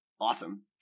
Awesome